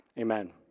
amen